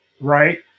right